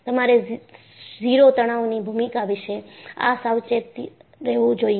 તમારે ઝીરો તણાવની ભૂમિકા વિશે સાવચેત રહેવું જોઈએ